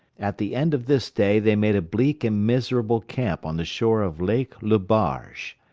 at the end of this day they made a bleak and miserable camp on the shore of lake le barge.